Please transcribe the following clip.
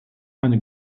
eine